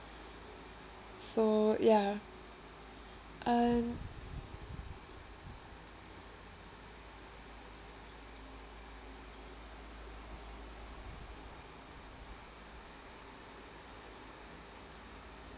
so ya uh